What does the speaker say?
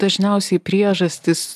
dažniausiai priežastys